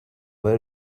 but